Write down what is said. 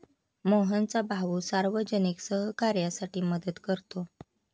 मोहनचा भाऊ सार्वजनिक सहकार्यासाठी मदत करतो